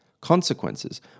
Consequences